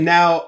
Now